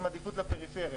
עם עדיפות לפריפריה,